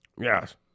Yes